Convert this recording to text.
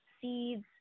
seeds